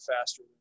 faster